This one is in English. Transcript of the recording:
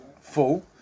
full